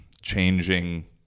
changing